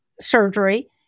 surgery